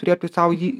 turėtų sau jį